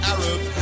Arab